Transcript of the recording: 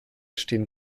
stehen